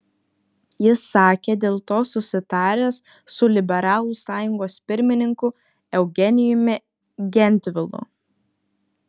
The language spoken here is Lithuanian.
jis sakė dėl to susitaręs su liberalų sąjungos pirmininku eugenijumi gentvilu